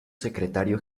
secretario